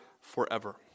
forever